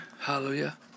Hallelujah